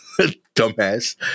Dumbass